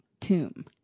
tomb